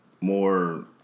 more